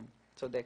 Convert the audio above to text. כן, צודק.